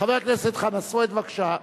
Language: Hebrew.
חבר הכנסת חנא סוייד, בבקשה.